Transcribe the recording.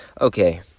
Okay